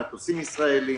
מטוסים ישראלים,